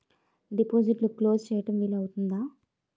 డిపాజిట్లు క్లోజ్ చేయడం వీలు అవుతుందా?